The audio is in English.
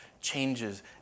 changes